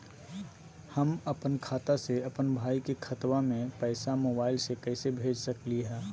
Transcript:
हम अपन खाता से अपन भाई के खतवा में पैसा मोबाईल से कैसे भेज सकली हई?